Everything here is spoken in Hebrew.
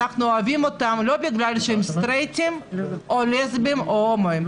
אנחנו אוהבים אותם לא בגלל שהם סטרייטים או לסבים או הומואים,